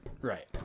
Right